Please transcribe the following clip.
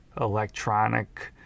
electronic